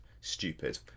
stupid